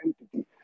entity